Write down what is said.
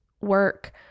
work